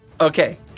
okay